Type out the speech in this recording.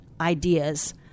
ideas